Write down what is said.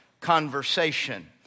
conversation